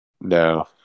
No